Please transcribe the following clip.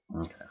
Okay